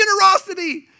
generosity